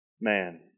man